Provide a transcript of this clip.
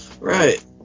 Right